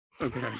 Okay